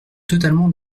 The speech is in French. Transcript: totalement